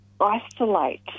isolate